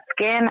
skin